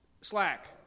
Slack